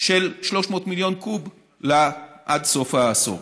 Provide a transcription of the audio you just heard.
של 300 מיליון קוב עד סוף העשור.